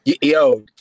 Yo